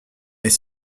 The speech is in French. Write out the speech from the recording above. est